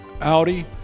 Audi